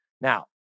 Now